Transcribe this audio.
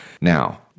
Now